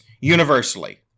universally